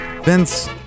Vince